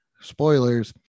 Spoilers